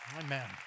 Amen